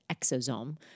exosome